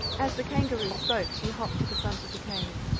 as the kangaroo spoke she hopped to the front of the cave.